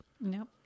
Nope